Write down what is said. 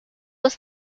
was